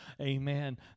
Amen